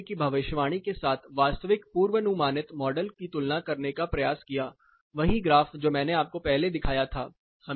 हमने पीएमवी की भविष्यवाणी के साथ वास्तविक पूर्वानुमानित मॉडल की तुलना करने का प्रयास किया वही ग्राफ जो मैंने आपको दिखाया था